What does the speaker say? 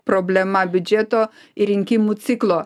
problema biudžeto ir rinkimų ciklo